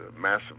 massive